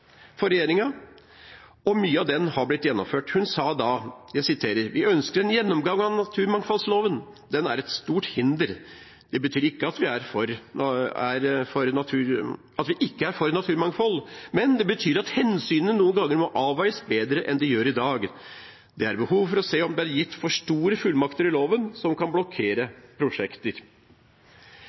for regjeringen, og mye av den har blitt gjennomført. Hun sa da: «Ja, vi ønsker en gjennomgang av naturmangfoldloven. Den er et stort hinder. Det betyr ikke at vi ikke er for naturmangfold. Men det betyr at hensynene noen ganger må avveies bedre enn de gjør i dag. Det er et behov for å se om det er gitt for store fullmakter i loven, som kan blokkere prosjekter.»